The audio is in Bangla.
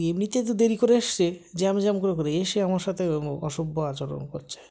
এমনিতে তো দেরি করে এসেছে জ্যাম জ্যাম করে করে এসে আমার সাথে অসভ্য আচরণ করছে